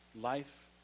life